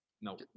no